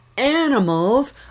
animals